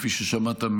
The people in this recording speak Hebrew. כפי ששמעת,